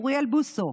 אוריאל בוסו.